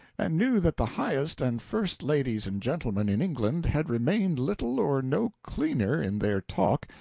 and knew that the highest and first ladies and gentlemen in england had remained little or no cleaner in their talk,